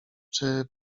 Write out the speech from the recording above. czy